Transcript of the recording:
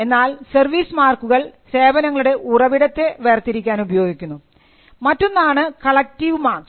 എന്നാൽ സർവീസ് മാർക്കുകൾ സേവനങ്ങളുടെ ഉറവിടത്തെ വേർതിരിക്കാൻ ഉപയോഗിക്കുന്നു മറ്റൊന്നാണു കളക്ടീവ് മാക്സ്